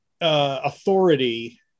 authority